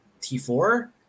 T4